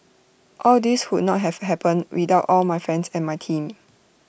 all this would not have happened without all my friends and my team